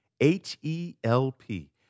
H-E-L-P